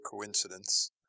coincidence